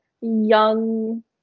young